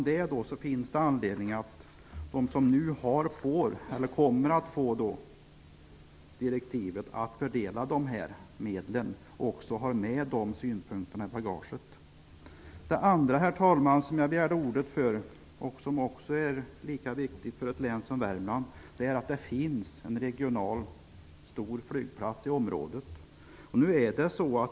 Det finns därför anledning att de som nu kommer att få direktiv om att fördela medlen också har med de synpunkterna i bagaget. Herr talman! Jag begärde ordet också för att tala om hur viktigt det är för ett län som Värmland att det finns en stor regional flygplats i området.